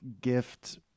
gift